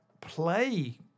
play